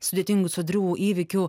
sudėtingų sodrių įvykių